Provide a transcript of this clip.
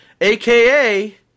AKA